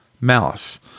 Malice